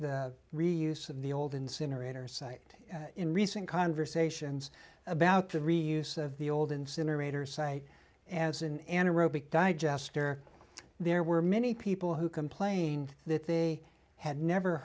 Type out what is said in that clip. that reuse of the old incinerator site in recent conversations about the reuse of the old incinerator say and anaerobic digester there were many people who complained that they had never